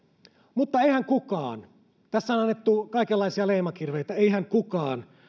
mutta eihän kukaan tässä on annettu kaikenlaisia leimakirveitä